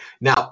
Now